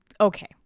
okay